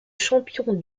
champion